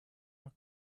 our